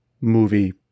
movie